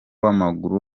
w’amaguru